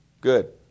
Good